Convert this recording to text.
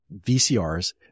VCRs